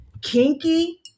kinky